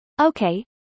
Okay